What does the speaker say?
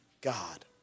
God